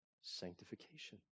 sanctification